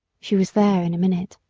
she was there in a minute.